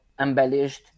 embellished